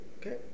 Okay